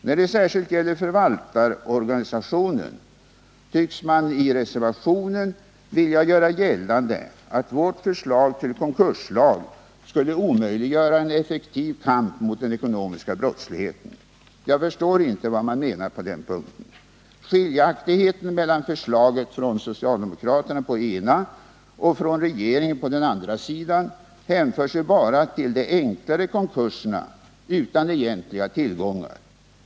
När det särskilt gäller förvaltarorganisationen tycks man i reservationen vilja göra gällande att vårt förslag till konkurslag skulle omöjliggöra en effektiv kamp mot den ekonomiska brottsligheten. Jag förstår inte vad man menar på den punkten. Skiljaktigheten mellan förslaget från socialdemokraterna å den ena och från regeringen å den andra sidan hänför sig bara till de enklaste konkurserna utan egentliga tillgångar.